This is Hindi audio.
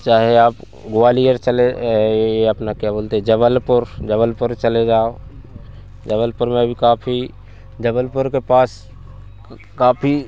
चाहे आप ग्वालियर चले यह अपना क्या बोलते जबलपुर जबलपुर चले जाओ जबलपुर में भी काफ़ी जबलपुर के पास काफी